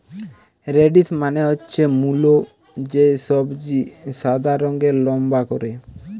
radish মানে হচ্ছে মুলো, যে সবজি সাদা রঙের লম্বা করে